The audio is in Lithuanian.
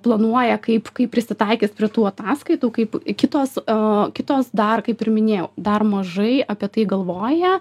planuoja kaip kaip prisitaikys prie tų ataskaitų kaip kitos eee kitos dar kaip ir minėjau dar mažai apie tai galvoja